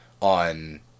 on